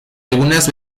algunas